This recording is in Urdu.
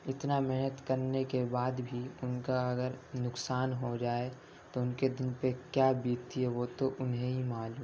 اِتنا محنت کرنے کے بعد بھی اُن کا اگر نقصان ہو جائے تو اُن کے دل پہ کیا بیتتی ہے وہ تو انہیں ہی معلوم